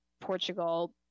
Portugal